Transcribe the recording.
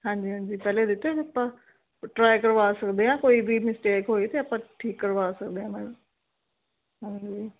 ਹਾਂਜੀ ਹਾਂਜੀ ਪਹਿਲੇ ਦਿੱਤੇ ਓ ਆਪਾਂ ਟ੍ਰਾਇ ਕਰਵਾ ਸਕਦੇ ਹਾਂ ਕੋਈ ਵੀ ਮਿਸਟੇਕ ਹੋਈ ਤਾਂ ਆਪਾਂ ਠੀਕ ਕਰਵਾ ਸਕਦੇ ਹਾਂ ਮੈਡਮ ਹਾਂਜੀ